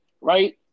right